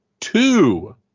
Two